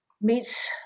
meets